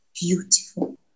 beautiful